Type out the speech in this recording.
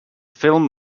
film